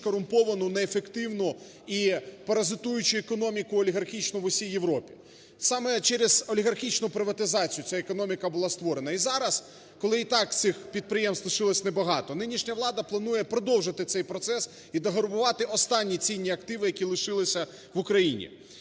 корумповану неефективну і паразитуючу економіку олігархічну в усій Європі. Саме через олігархічну приватизацію ця економіка була створена. І зараз, коли і так цих підприємств лишилося небагато, нинішня влада планує продовжити цей процес і дограбувати останні цінні активи, які лишилися в Україні.